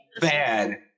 bad